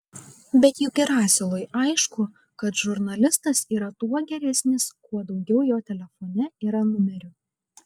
bet juk ir asilui aišku kad žurnalistas yra tuo geresnis kuo daugiau jo telefone yra numerių